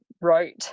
wrote